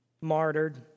martyred